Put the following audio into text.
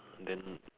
then